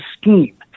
scheme